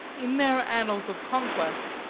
in their annals of conquest,